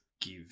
give